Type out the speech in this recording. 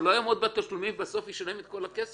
שלא יעמוד בתשלומים, אבל בסוף ישלם את כל הכסף.